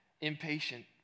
impatient